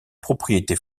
propriété